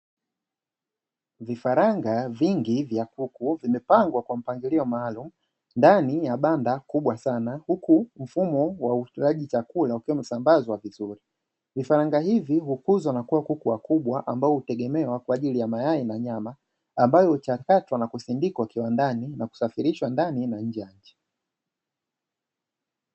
Vifaranga vingi vya kuku vimepangwa kwa mpangilio maalumu ndani ya banda kubwa sana, huku mfumo wa utunzaji chakula ukiwa umesambazwa vizuri. Vifaranga hivi hukuzwa na kuwa kuku wakubwa ambao hutegemewa kwa ajili ya mayai na nyama, ambayo huchakatwa na kusindikwa kiwandani na kusafirishwa ndani na nje ya nchi.